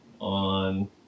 on